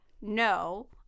no